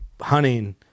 hunting